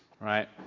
Right